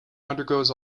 undergoes